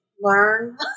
learn